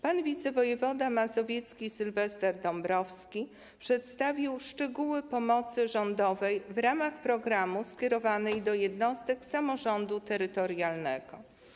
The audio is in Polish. Pan wicewojewoda mazowiecki Sylwester Dąbrowski przedstawił szczegóły pomocy rządowej w ramach programu skierowanej do jednostek samorządu terytorialnego.